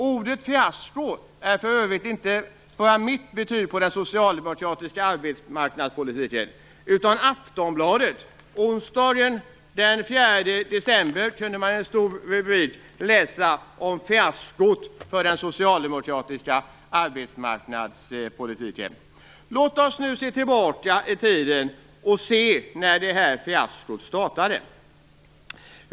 Ordet fiasko är för övrigt inte bara mitt betyg på den socialdemokratiska arbetsmarknadspolitiken, utan även Aftonbladets. Onsdagen den 4 december kunde man i en stor rubrik läsa om fiaskot för den socialdemokratiska arbetsmarknadspolitiken. Låt oss nu se tillbaka i tiden och se när detta fiasko startade.